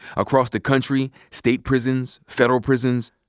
across the country, state prisons, federal prisons,